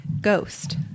Ghost